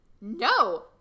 No